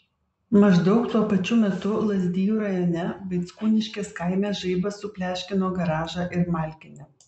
maždaug tuo pačiu metu lazdijų rajone vaickūniškės kaime žaibas supleškino garažą ir malkinę